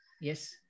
yes